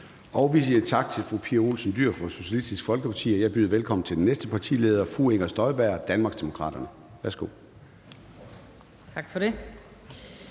Vi siger tak til fru Pia Olsen Dyhr fra Socialistisk Folkeparti. Jeg byder velkommen til den næste partileder, fru Inger Støjberg, Danmarksdemokraterne. Værsgo.